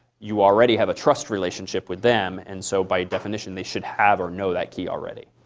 you already have a trust relationship with them. and so by definition, they should have or know that key already.